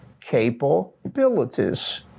capabilities